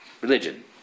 religion